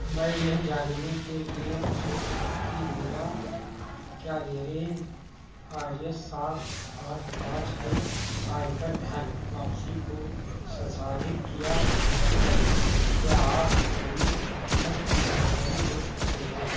मैं यह जानने के लिए उत्सुक हूँ कि मेरा क्या मेरे आर एस सात आठ पाँच की आयकर धन वापसी को सन्साधित किया गया है क्या आप कोई अद्यतन जानकारी दे सकते हैं